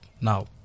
now